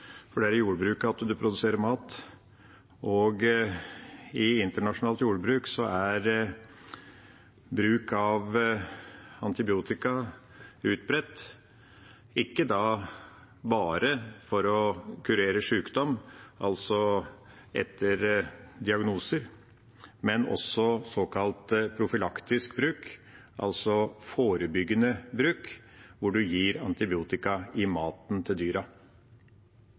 for det er i jordbruket en produserer mat. I internasjonalt jordbruk er bruk av antiobiotika utbredt, ikke bare for å kurere sykdom etter diagnoser, men også til såkalt profylaktisk bruk, altså forebyggende bruk, der en gir antibiotika i maten til dyra.